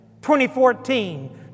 2014